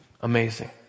Amazing